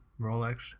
Rolex